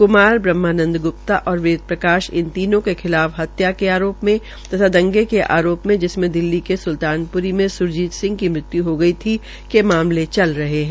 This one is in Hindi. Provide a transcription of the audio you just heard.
क्मार ब्रह्मानंद ग्प्ता और वेद प्रकाश इन तीनों के खिलाफ हत्या के आरोप में तथा दंगों के आरोप जिमसें दिल्ली के सुल्तानपुरी में सुरजीत सिंह की मृत्यु हो गई थी के मामले चला रहे है